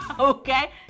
Okay